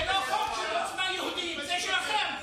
זה לא חוק של עוצמה יהודית, זה חוק שלכם.